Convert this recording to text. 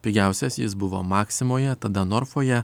pigiausias jis buvo maksimoje tada norfoje